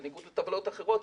בניגוד לטבלאות אחרות,